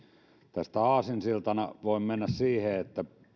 tästä aasinsiltana voin mennä siihen että